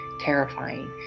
terrifying